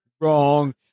Wrong